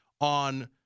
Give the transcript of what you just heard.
on